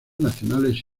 nacionales